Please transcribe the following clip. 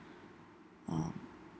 um